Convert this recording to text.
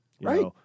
Right